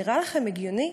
נראה לכם הגיוני?